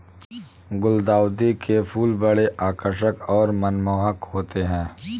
गुलदाउदी के फूल बड़े आकर्षक और मनमोहक होते हैं